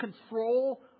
control